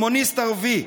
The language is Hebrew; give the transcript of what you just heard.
/ הוא קומוניסט ערבי.